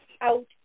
out